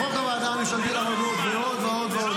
לחוק הוועדה הממשלתית על הרוגלות ועוד ועוד ועוד.